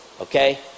okay